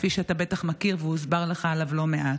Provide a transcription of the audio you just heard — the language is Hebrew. כפי שאתה בטח מכיר והוסבר לך עליו לא מעט.